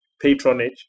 patronage